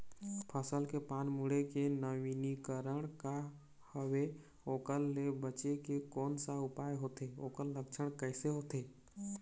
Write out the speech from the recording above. फसल के पान मुड़े के नवीनीकरण का हवे ओकर ले बचे के कोन सा उपाय होथे ओकर लक्षण कैसे होथे?